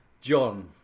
John